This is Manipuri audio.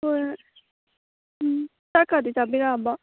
ꯍꯣꯏ ꯎꯝ ꯆꯥꯛꯀꯥꯗꯤ ꯆꯥꯕꯤꯔꯛꯑꯕꯣ